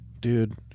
Dude